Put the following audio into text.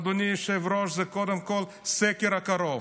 אדוני יושב-ראש, זה קודם כול הסקר הקרוב,